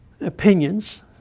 opinions